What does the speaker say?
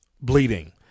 bleeding